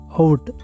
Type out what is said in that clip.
out